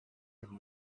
him